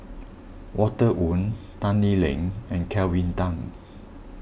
Walter Woon Tan Lee Leng and Kelvin Tan